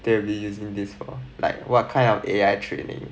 they will be using this for like what kind of A_I training